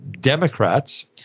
Democrats